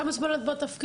כמה זמן את בתפקיד?